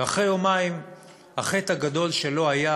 ואחרי יומיים החטא הגדול שלו היה,